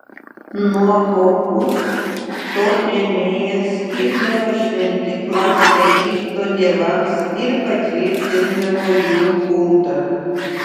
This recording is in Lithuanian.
nuovokus ptolemėjas skirdavo šventyklas egipto dievams ir patvirtindavo jų kultą